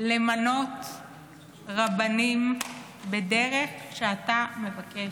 למנות רבנים בדרך שאתה מבקש.